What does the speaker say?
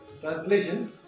Translation